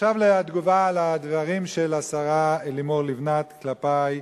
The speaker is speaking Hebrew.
עכשיו לתגובה על הדברים של השרה לימור לבנת כלפי,